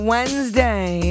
Wednesday